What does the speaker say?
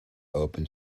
open